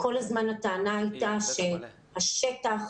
הטענה הייתה שהשטח